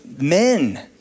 men